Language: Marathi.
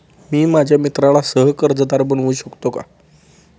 मी माझ्या मित्राला सह कर्जदार बनवू शकतो का?